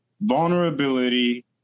vulnerability